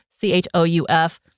C-H-O-U-F